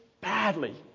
badly